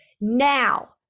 Now